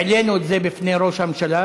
העלינו את זה בפני ראש הממשלה,